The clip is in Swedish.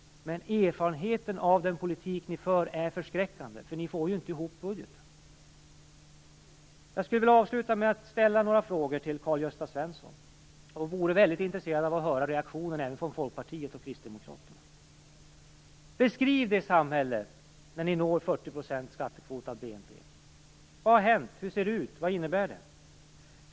Men erfarenheten av den politik ni för är förskräckande, för ni får inte ihop budgeten. Jag skulle vilja avsluta med att ställa några frågor till Karl-Gösta Svenson. Det vore väldigt intressant att höra reaktionen även från Folkpartiet och Kristdemokraterna. Beskriv det samhälle där ni nått 40 % skattekvot av BNP! Vad har hänt? Hur ser det ut? Vad innebär det?